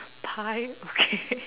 pie okay